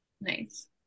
Nice